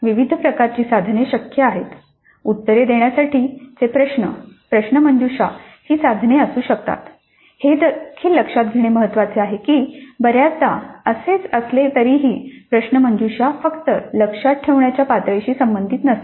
विविध प्रकारची साधने शक्य आहेत उत्तरे देण्यासाठी चे प्रश्न प्रश्नमंजुषा ही साधने असू शकतात हे देखील लक्षात घेणे महत्त्वाचे आहे की बऱ्याचदा असेच असले तरीही प्रश्नमंजुषा फक्त लक्षात ठेवण्याच्या पातळीशी संबंधित नसते